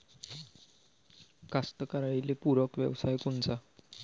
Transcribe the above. कास्तकाराइले पूरक व्यवसाय कोनचा?